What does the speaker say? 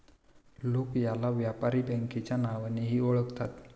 लोक याला व्यापारी बँकेच्या नावानेही ओळखतात